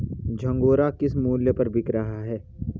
झंगोरा किस मूल्य पर बिक रहा है?